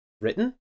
written